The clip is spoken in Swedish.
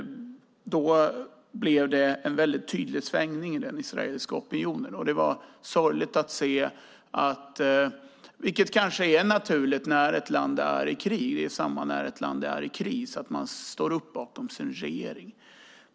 Då blev det en tydlig svängning i den israeliska opinionen. Det var sorgligt att se. Men det kanske är naturligt när ett land är i krig. Det är på samma sätt när ett land är i kris. Då står man upp bakom sin regering.